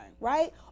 right